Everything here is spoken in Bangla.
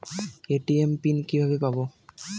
এ.টি.এম পিন কিভাবে পাবো?